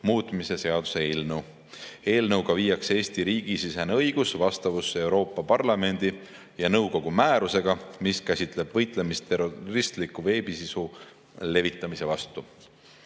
muutmise seaduse eelnõu. Eelnõu eesmärk on viia Eesti riigisisene õigus vastavusse Euroopa Parlamendi ja nõukogu määrusega, mis käsitleb võitlemist terroristliku veebisisu levitamise vastu.